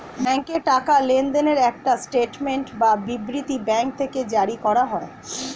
ব্যাংকে টাকা লেনদেনের একটা স্টেটমেন্ট বা বিবৃতি ব্যাঙ্ক থেকে জারি করা হয়